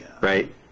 right